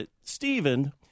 Stephen